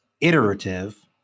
iterative